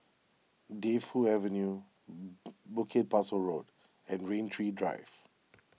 Defu Avenue Bukit Pasoh Road and Rain Tree Drive